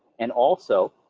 and also,